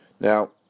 Now